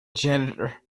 janitor